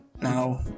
now